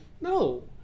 No